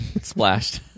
splashed